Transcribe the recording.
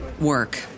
work